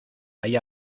ahí